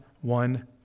one